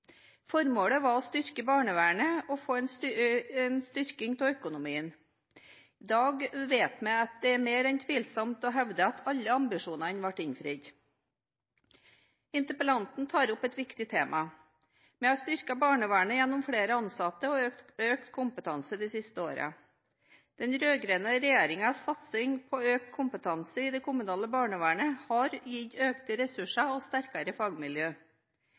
Formålet var å styrke barnevernet og få en styrking av økonomien. I dag vet vi at det er mer enn tvilsomt å hevde at alle ambisjonene ble innfridd. Interpellanten tar opp et viktig tema. Vi har styrket barnevernet gjennom flere ansatte og økt kompetanse de siste årene. Den rød-grønne regjeringens satsing på økt kompetanse i det kommunale barnevernet har gitt økte ressurser og sterkere fagmiljø.